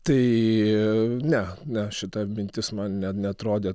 tai ne ne šita mintis man ne neatrodė